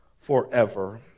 forever